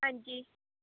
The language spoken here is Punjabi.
ਹਾਂਜੀ